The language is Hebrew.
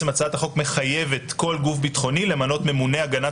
הצעת החוק מחייבת כל גוף ביטחוני למנות ממונה הגנת